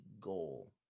goal